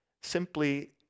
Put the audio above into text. simply